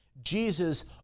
Jesus